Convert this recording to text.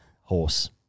horse